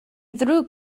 ddrwg